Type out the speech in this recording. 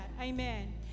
amen